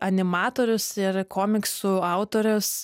animatorius ir komiksų autorius